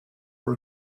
for